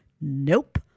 Nope